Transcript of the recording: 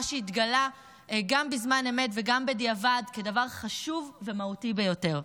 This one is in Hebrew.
מה שהתגלה גם בזמן אמת וגם בדיעבד כדבר חשוב ומהותי ביותר.